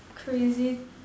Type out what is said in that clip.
crazy